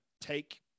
take